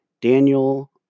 Daniel